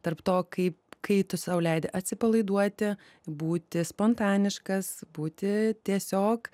tarp to kaip kai tu sau leidi atsipalaiduoti būti spontaniškas būti tiesiog